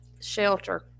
shelter